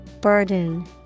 Burden